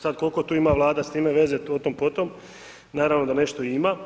Sad koliko tu ima Vlada s time veze otom potom, naravno da nešto i ima.